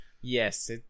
Yes